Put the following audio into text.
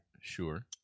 sure